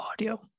audio